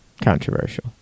Controversial